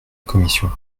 commission